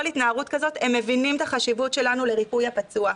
התנערות כזאת הם מבינים את החשיבות שלנו לריפוי הפצוע,